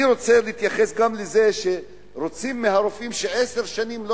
אני רוצה להתייחס גם לזה שרוצים שהרופאים לא ישבתו עשר שנים.